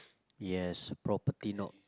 yes property not